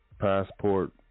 passport